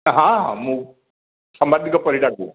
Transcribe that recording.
ହଁ ହଁ ମୁଁ ସାମ୍ବାଦିକ ପରିଡ଼ା କହୁଛି